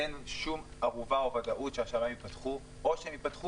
אין שום ערובה או ודאות שהשמיים ייפתחו או שהם ייפתחו